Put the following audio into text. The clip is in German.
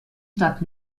stadt